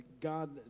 God